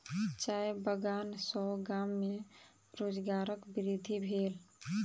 चाय बगान सॅ गाम में रोजगारक वृद्धि भेल